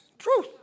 Truth